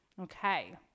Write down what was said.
Okay